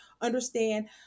understand